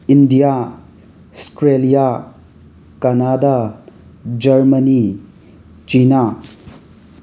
India Australia Canada Germany China